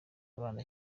abana